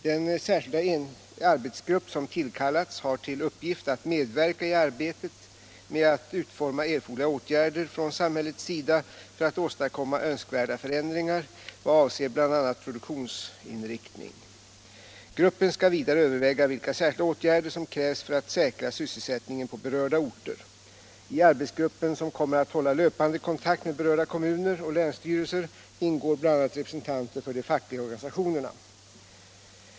Den särskilda arbetsgrupp som tillkallats har till uppgift att medverka i arbetet med att utforma erforderliga åtgärder från samhällets sida för att åstadkomma önskvärda förändringar i vad avser bl.a. produktionsinriktning. Gruppen skall vidare överväga vilka särskilda åtgärder som krävs för att säkra sysselsättningen på berörda orter. I arbetsgruppen. som kommer att hålla löpande kontakt med berörda kommuner och länsstyrelser, ingår bl.a. representanter för de fackliga organisationerna.